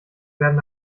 werden